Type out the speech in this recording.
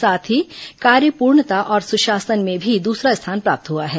साथ ही कार्यपूर्णता और सुशासन में भी दूसरा स्थान प्राप्त हुआ है